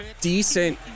decent